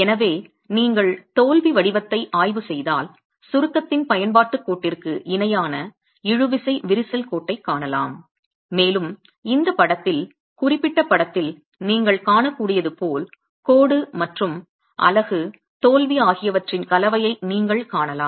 எனவே நீங்கள் தோல்வி வடிவத்தை ஆய்வு செய்தால் சுருக்கத்தின் பயன்பாட்டுக் கோட்டிற்கு இணையான இழுவிசை விரிசல் கோட்டைக் காணலாம் மேலும் இந்த படத்தில் குறிப்பிட்ட படத்தில் நீங்கள் காணக்கூடியது போல் கோடு மற்றும் அலகு தோல்வி ஆகியவற்றின் கலவையை நீங்கள் காணலாம்